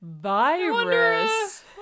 virus